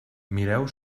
mireu